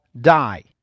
die